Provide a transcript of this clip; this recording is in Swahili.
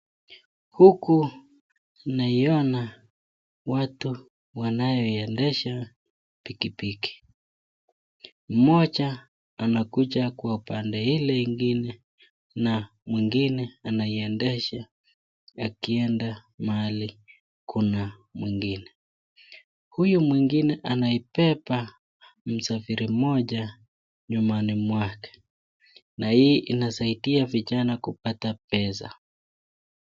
Huku naiona watu wanayoiendesha pikipiki. Mmoja anakuja kwa upande ile ingine na mwingine anaiendesha akienda mahali kuna mwingine. Huyu mwingine anaibeba msafiri mmoja nyumani mwake na hii inasaidia vijana kupata pesa.